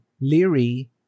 Leary